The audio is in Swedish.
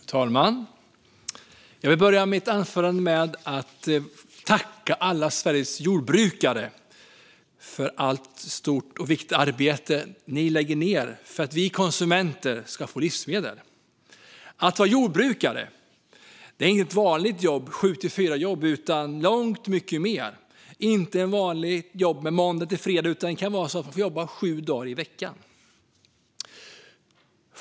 Fru talman! Jag vill börja mitt anförande med att tacka alla Sveriges jordbrukare för det stora och viktiga arbete som ni lägger ned för att vi konsumenter ska få livsmedel, Att vara jordbrukare är inte ett vanligt sju-till-fyra-jobb utan långt mycket mer. Det är inte ett vanligt jobb från måndag till fredag, utan man kan få jobba sju dagar i veckan.